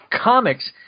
comics